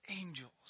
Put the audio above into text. angels